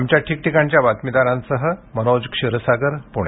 आमच्या ठिकठीकाणच्या बातमीदारांसह मनोज क्षीरसागर प्णे